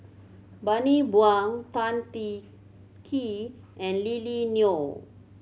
Bani Buang Tan Teng Kee and Lily Neo